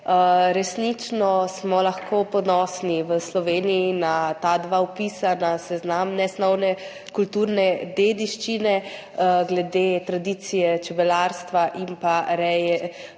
Resnično smo lahko ponosni v Sloveniji na ta dva vpisa na seznam nesnovne kulturne dediščine glede tradicije čebelarstva in pa reje